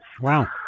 Wow